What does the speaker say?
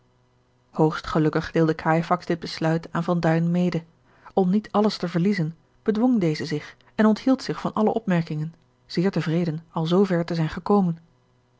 hoogst gelukkig deelde cajefax dit besluit aan van duin mede om niet alles te verliezen bedwong deze zich en onthield zich van alle opmerkingen zeer tevreden al zoo ver te zijn gekomen